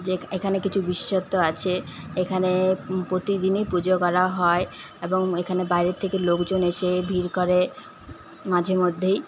যে এখানে কিছু বিশেষত্ব আছে এখানে প্রতিদিনই পুজো করা হয় এবং এখানে বাইরে থেকে লোকজন এসে ভিড় করে মাঝেমধ্যেই